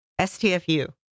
STFU